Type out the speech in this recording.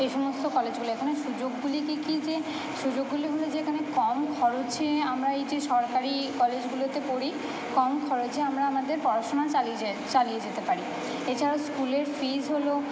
এই সমস্ত কলেজগুলো এখানে সুযোগগুলি কী কী যে সুযোগগুলি হল যে এখানে কম খরচে আমরা এই যে সরকারি কলেজগুলোতে পড়ি কম খরচে আমরা আমাদের পড়াশুনা চালিয়ে যাই চালিয়ে যেতে পারি এছাড়াও স্কুলের ফিস হল